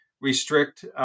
restrict